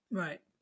right